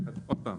עוד פעם